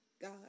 God